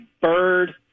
Bird